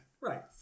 Right